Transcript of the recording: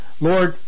Lord